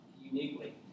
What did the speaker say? uniquely